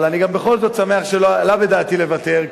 אבל אני גם בכל זאת שמח שלא עלה בדעתי לוותר,